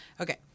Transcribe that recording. Okay